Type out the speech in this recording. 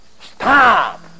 stop